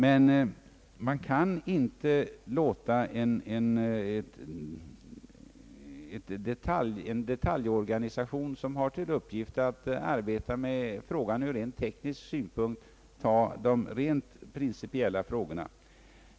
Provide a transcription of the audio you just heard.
Man kan inte låta en detaljorganisation, som har till uppgift att arbeta med frågan ur rent teknisk synpunkt, ta hand om de rent principiella frågorna.